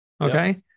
okay